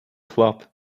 club